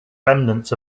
remnants